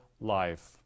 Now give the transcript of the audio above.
life